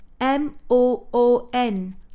m-o-o-n